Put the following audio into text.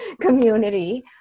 community